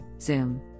Zoom